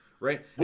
Right